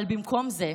אבל במקום זה,